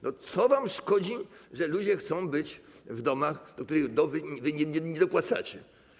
No co wam szkodzi, że ludzie chcą być w domach, do których wy nie dopłacacie?